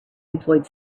employed